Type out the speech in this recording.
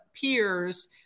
peers